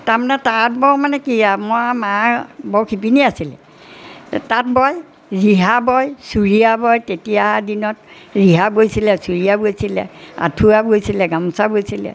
তাৰমানে তাঁত বওঁ মানে কি আৰু মই মা বৰ শিপিনী আছিলে তাঁত বয় ৰিহা বয় চুৰিয়া বয় তেতিয়া দিনত ৰিহা বৈছিলে চুৰিয়া বৈছিলে আঁঠুৱা বৈছিলে গামোচা বৈছিলে